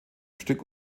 stück